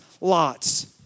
lots